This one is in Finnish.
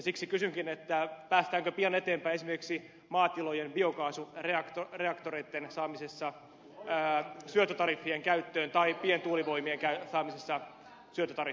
siksi kysynkin päästäänkö pian eteenpäin esimerkiksi maatilojen biokaasureaktoreitten saamisessa syöttötariffien käyttöön tai pientuulivoimaloiden saamisessa syöttötariffin piiriin